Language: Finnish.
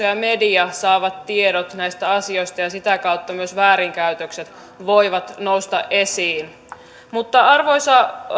ja media saavat tiedot näistä asioista ja sitä kautta myös väärinkäytökset voivat nousta esiin arvoisa